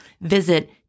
Visit